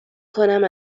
کنم